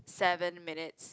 seven minutes